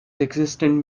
existence